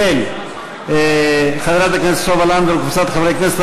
של חברת הכנסת סופה לנדבר וקבוצת חברי הכנסת,